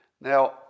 Now